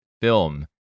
film